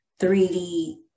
3D